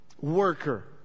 Worker